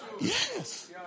Yes